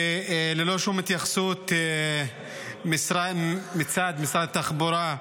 וללא שום התייחסות מצד משרד התחבורה.